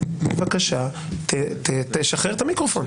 בבקשה תשחרר את המיקרופון.